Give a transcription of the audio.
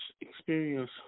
experience